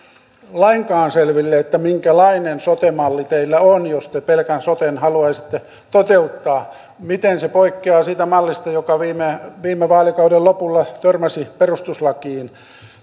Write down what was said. lainkaan selville minkälainen sote malli teillä on jos te pelkän soten haluaisitte toteuttaa miten se poikkeaa siitä mallista joka viime viime vaalikauden lopulla törmäsi perustuslakiin